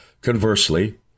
Conversely